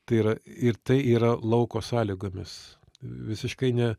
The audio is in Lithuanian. tai yra ir tai yra lauko sąlygomis visiškai ne